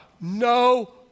no